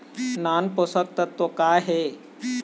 नान पोषकतत्व का हे?